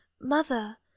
Mother